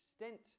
extent